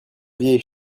vieilles